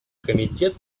комитет